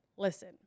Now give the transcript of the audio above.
Listen